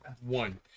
one